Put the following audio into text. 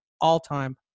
all-time